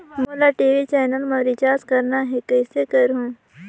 मोला TV channel मा recharge करना हे, कइसे करहुँ?